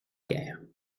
guère